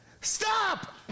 Stop